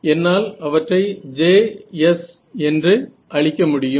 என்னால் அவற்றை Js என்று அளிக்க முடியும்